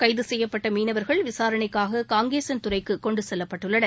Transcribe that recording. கைதசெய்யப்பட்டமீனவர்கள் விசாரணைக்காங்கேசன் துறைக்குகொண்டுசெல்லப்பட்டுள்ளனர்